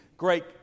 great